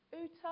Uta